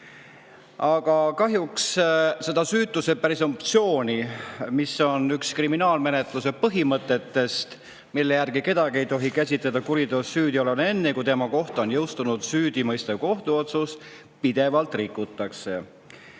Aga kahjuks süütuse presumptsiooni, mis on üks kriminaalmenetluse põhimõtetest ja mille järgi kedagi ei tohi käsitleda kuriteos süüdi olevana enne, kui tema kohta on jõustunud süüdimõistev kohtuotsus, pidevalt rikutakse.